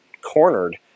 cornered